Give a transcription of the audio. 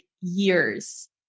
years